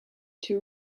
two